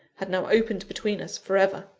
had now opened between us for ever.